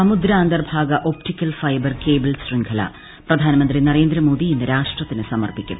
സമുദ്രാന്തർഭാഗ optical fibre cable ശൃംഖല പ്രധാനമന്ത്രി നരേന്ദ്രമോദി ഇന്ന് രാഷ്ട്രത്തിന് സമർപ്പിക്കും